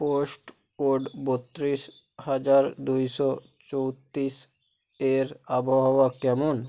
post code বত্রিশ হাজার দুশো চৌত্রিশ এর আবহাওয়া কেমন